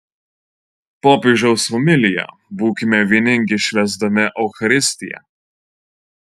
popiežiaus homilija būkime vieningi švęsdami eucharistiją